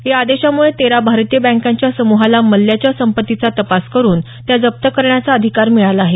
या आदेशामुळे तेरा भारतीय बँकांच्या समुहाला माल्ल्याच्या संपत्तीचा तपास करुन त्या जप्त करण्याचा अधिकार मिळाला आहे